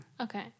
Okay